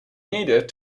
needed